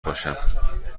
باشم